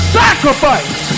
sacrifice